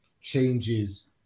changes